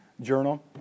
Journal